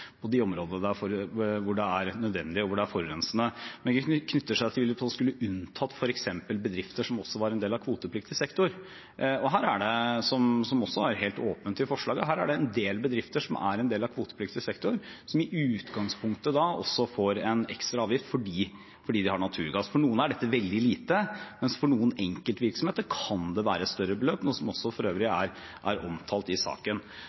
på de områdene hvor det er nødvendig og forurensende – det knytter seg til om en skulle unntatt f.eks. bedrifter som også er en del av kvotepliktig sektor. Her er det, noe som også er helt åpent i forslaget, en del bedrifter som er en del av kvotepliktig sektor og i utgangspunktet får en ekstra avgift fordi de har naturgass. For noen er dette veldig lite, mens det for andre enkeltvirksomheter kan være større beløp, noe som for øvrig også er omtalt i saken.